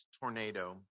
tornado